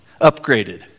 Upgraded